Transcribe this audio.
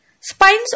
Spines